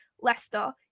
Leicester